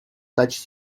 touches